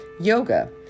Yoga